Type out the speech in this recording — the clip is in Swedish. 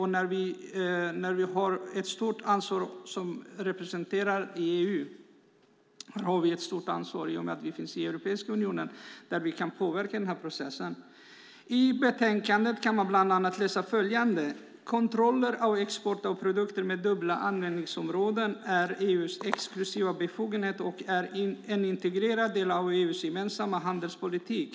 Här har vi ett stort ansvar i och med att vi finns med i Europeiska unionen där vi kan påverka processen. I utlåtandet kan man bland annat läsa följande: "Kontroller av export av produkter med dubbla användningsområden är EU:s exklusiva befogenhet och är en integrerad del av EU:s gemensamma handelspolitik."